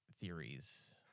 theories